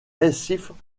récifs